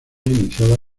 iniciada